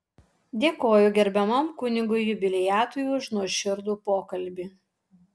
dėkoju gerbiamam kunigui jubiliatui už nuoširdų pokalbį